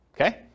Okay